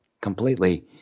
completely